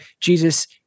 Jesus